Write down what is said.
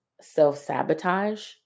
self-sabotage